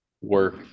work